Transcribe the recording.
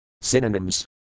Synonyms